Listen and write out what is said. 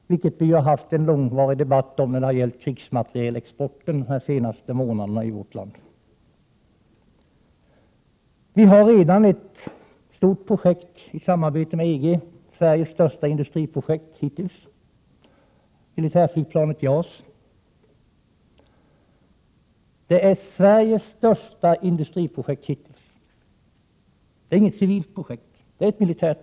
Vi har ju haft en lång debatt om krigsmaterielexporten under de senaste månaderna i vårt land. Vi har redan ett stort projekt i samarbete med EG, Sveriges största industriprojekt hittills, militärflygplanet JAS. Det är Sveriges största industriprojekt hittills, och det är inte ett civilt projekt utan ett militärt.